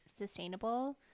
sustainable